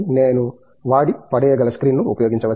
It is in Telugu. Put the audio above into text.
నేను వాడి పడేయ గల స్క్రీన్ను ఉపయోగించవచ్చా